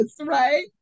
right